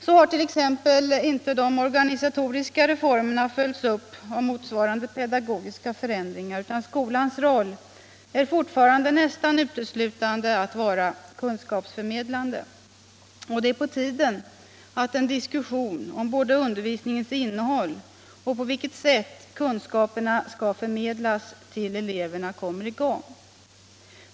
Så hart.ex. inte de organisatoriska reformerna följts upp av motsvarande pedagogiska förändringar, utan skolans roll är fortfarande nästan uteslutande att vara kunskapsförmedlande. Det är på tiden att en diskussion både om undervisningens innehåll och om på vilket sätt kunskaperna skall förmedlas till eleverna kommer i gång.